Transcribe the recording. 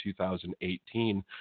2018